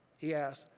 he asks,